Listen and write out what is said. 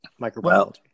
microbiology